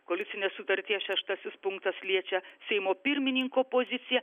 koalicinės sutarties šeštasis punktas liečia seimo pirmininko poziciją